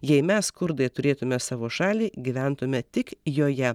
jei mes kurdai turėtume savo šalį gyventume tik joje